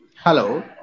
Hello